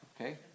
okay